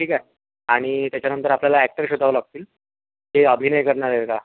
ठीक आहे आणि त्याच्यानंतर आपल्याला अॅक्टर शोधावं लागतील ते अभिनय करणार आहे का